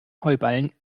heuballen